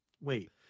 Wait